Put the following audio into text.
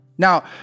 Now